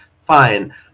fine